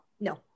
no